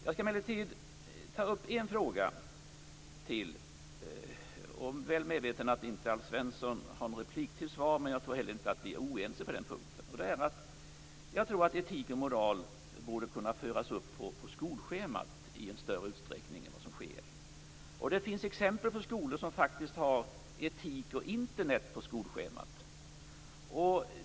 Jag skall ta upp en fråga till, väl medveten om att Alf Svensson inte har någon replik för att svara. Jag tror inte att vi är oense på den punkten. Jag tror att etik och moral borde kunna föras upp på skolschemat i större utsträckning än vad som sker. Det finns exempel på skolor som faktiskt har etik och Internet på skolschemat.